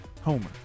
Homer